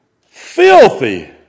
Filthy